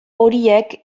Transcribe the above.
horiek